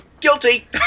Guilty